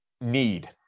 need